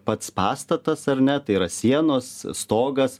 pats pastatas ar ne tai yra sienos stogas